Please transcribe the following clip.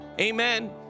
Amen